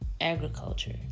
agriculture